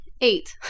Eight